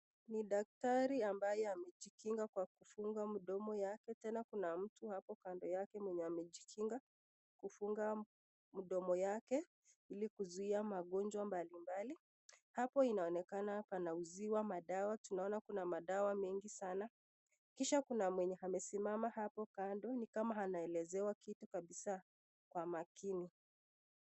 Ni daktari ambaye amejikinga kwa kufunga mdomo yake tena kuna mtu hapo kando yake mwenye amejikinga kufunga mdomo yake ili kuzuia magonjwa mbalimbali. Hapo inaonekana panauziwa madawa tunaona kuna madawa mingi sana. Amesima hapo kando ni kama anaelezewa kitu kabisa kwa makini.